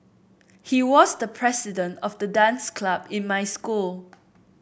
he was the president of the dance club in my school